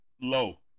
low